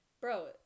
bro